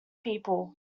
people